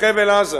בחבל-עזה